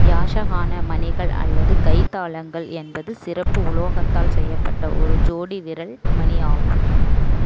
யாஷகான மணிகள் அல்லது கைத்தாளங்கள் என்பது சிறப்பு உலோகத்தால் செய்யப்பட்ட ஒரு ஜோடி விரல் மணி ஆகும்